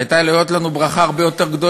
הייתה יכולה להיות לנו ברכה יותר גדולה,